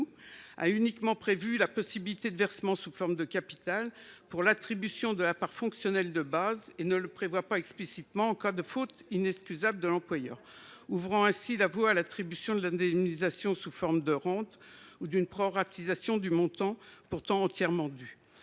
n’a prévu la possibilité d’un versement sous forme de capital que pour l’attribution de la part fonctionnelle de base, mais qu’il ne l’a pas explicitement permis en cas de faute inexcusable de l’employeur. Cela ouvrirait la voie à l’attribution de l’indemnisation sous forme de rente ou à une proratisation du montant pourtant entièrement dû.